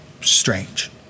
strange